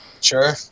Sure